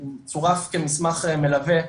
צורף כמסמך מלווה,